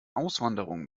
auswanderung